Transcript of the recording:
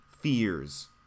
fears